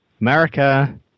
America